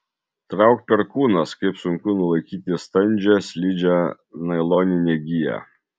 trauk perkūnas kaip sunku nulaikyti standžią slidžią nailoninę giją